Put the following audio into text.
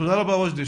תודה רבה, וג'די.